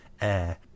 air